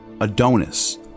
Adonis